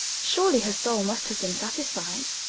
surely her soul must have been satisfied.